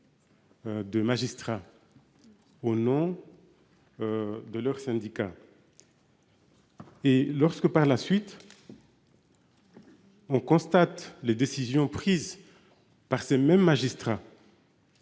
De magistrats. Au nom. De leur syndicat. Et lorsque, par la suite. On constate les décisions prises. Par ces mêmes magistrats.